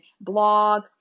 blog